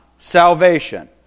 Salvation